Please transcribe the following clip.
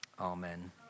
Amen